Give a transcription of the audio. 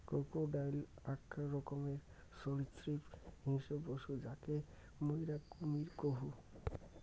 crocodile আক রকমের সরীসৃপ হিংস্র পশু যাকে মুইরা কুমীর কহু